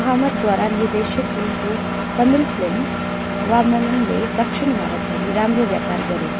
आहमदद्वारा निर्देशित उनको तमिल फिल्म वामननले दक्षिण भारतभरि राम्रो व्यापार गर्यो